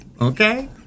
Okay